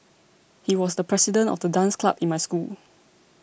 he was the president of the dance club in my school